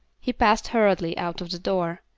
he passed hurriedly out of the door.